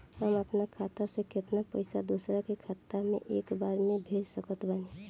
हम अपना खाता से केतना पैसा दोसरा के खाता मे एक बार मे भेज सकत बानी?